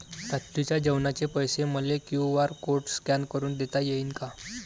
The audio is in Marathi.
रात्रीच्या जेवणाचे पैसे मले क्यू.आर कोड स्कॅन करून देता येईन का?